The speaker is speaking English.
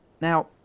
Now